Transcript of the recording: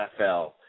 NFL